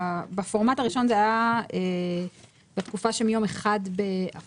בפורמט הראשון כתבתם שזה היה מהתקופה שמיום 1 באפריל,